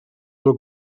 del